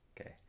Okay